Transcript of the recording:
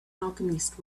alchemist